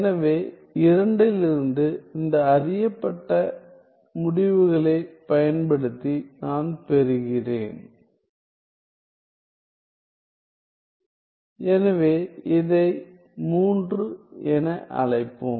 எனவே 2 லிருந்து இந்த அறியப்பட்ட முடிவுகளைப் பயன்படுத்தி நான் பெறுகிறேன் எனவே இதை 3 என அழைப்போம்